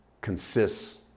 consists